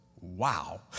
Wow